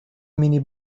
مینی